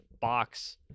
box